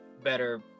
Better